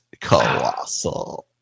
colossal